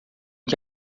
que